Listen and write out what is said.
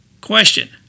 Question